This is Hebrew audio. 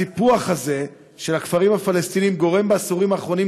הסיפוח הזה של הכפרים הפלסטיניים גורם בעשורים האחרונים